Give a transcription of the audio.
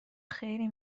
خیلی